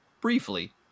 briefly